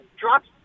drops –